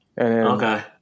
Okay